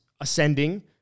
ascending